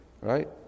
right